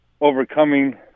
overcoming